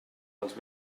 els